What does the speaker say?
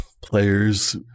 players